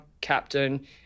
captain